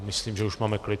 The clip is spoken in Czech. Myslím, že už máme klid.